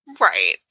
Right